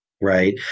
right